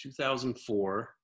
2004